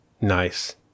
Nice